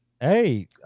Hey